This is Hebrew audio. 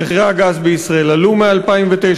מחירי הגז בישראל עלו מ-2009,